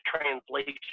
translation